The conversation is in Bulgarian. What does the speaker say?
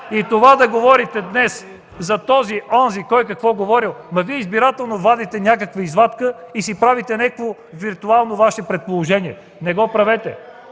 Това – да говорите днес за този, онзи, кой какво говорил, Вие избирателно вадите някаква извадка и си правите виртуално Ваше предположение. (Реплики